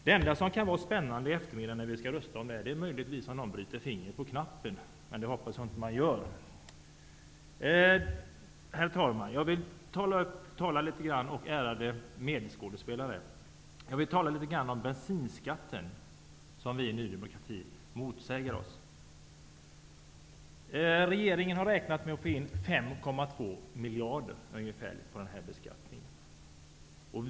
Det enda som kan vara spännande i eftermiddag när vi skall rösta om detta är möjligtvis om någon skulle bryta fingret när det blir dags att trycka på voteringsknappen, men det hoppas jag att inte någon gör. Herr talman! Ärade medskådespelare! Jag vill säga något om bensinskatten som vi i Ny demokrati motsätter oss. Regeringen har räknat med att få in ca 5,2 miljarder genom skattehöjningen.